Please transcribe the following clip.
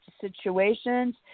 situations